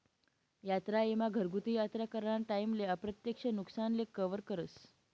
यात्रा ईमा घरगुती यात्रा कराना टाईमले अप्रत्यक्ष नुकसानले कवर करस